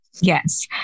Yes